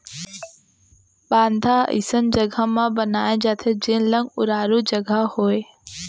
बांधा अइसन जघा म बनाए जाथे जेन लंग उरारू जघा होवय